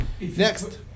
Next